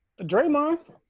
Draymond